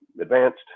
advanced